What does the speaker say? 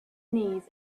knees